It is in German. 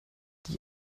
die